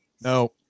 No